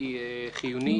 היא חיונית.